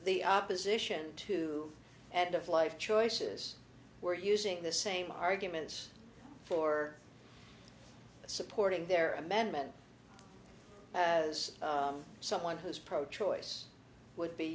the opposition to and of life choices were using the same arguments for supporting their amendment as someone who's pro choice would be